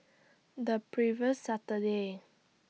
The previous Saturday